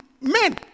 men